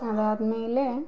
ಅದಾದ ಮೇಲೆ